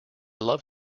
love